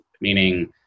Meaning